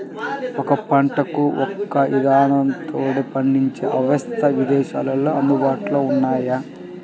ఒక్కో పంటకు ఒక్కో ఇదానంలో పండించే అవస్థలు ఇదేశాల్లో అందుబాటులో ఉన్నయ్యి